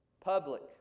public